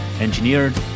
Engineered